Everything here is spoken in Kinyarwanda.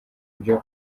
byo